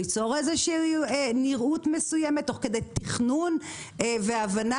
ליצור נראות מסוימת תוך כדי תכנון והבנה